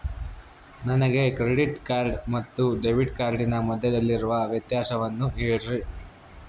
ನನಗೆ credit card ಮತ್ತು debit ಕಾರ್ಡಿನ ಮಧ್ಯದಲ್ಲಿರುವ ವ್ಯತ್ಯಾಸವನ್ನು ಹೇಳ್ರಿ?